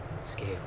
scale